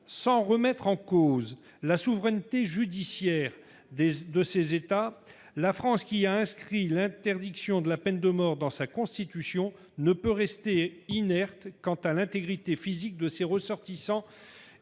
Sans remettre en cause la souveraineté judiciaire de ces États, la France, qui a inscrit l'interdiction de la peine de mort dans sa Constitution, ne peut rester inerte quant à l'intégrité physique de ses ressortissants